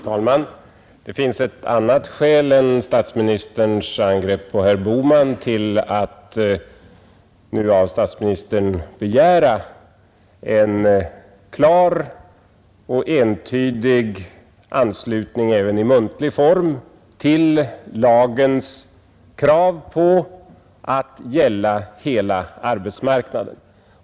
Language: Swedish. Herr talman! Det finns ett annat skäl än statsministerns angrepp på herr Bohman till att nu av statsministern begära en klar och entydig anslutning även i muntlig form till lagens krav på att gälla hela arbetsmarknaden.